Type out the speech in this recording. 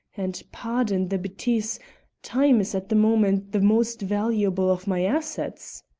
and pardon the betise time is at the moment the most valuable of my assets.